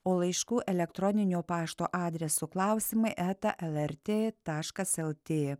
o laiškų elektroniniu pašto adresu klausimai eta lrt taškas lt